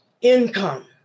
income